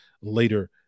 later